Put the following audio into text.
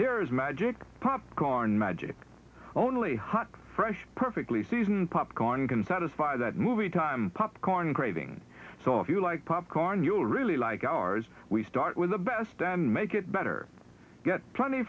popcorn magic only what fresh perfectly season popcorn can satisfy that movie time popcorn craving so if you like popcorn you'll really like ours we start with the best and make it better get plenty